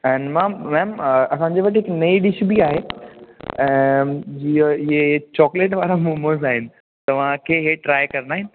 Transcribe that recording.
N मम ma'am असांजे वटि हिकु नई डिश बि आहे ऐं जीअं इहो चॉकलेट वारा मोमोस आहिनि तव्हांखे इहे ट्राए करिणा आहिनि